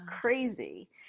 crazy